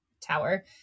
tower